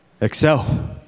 excel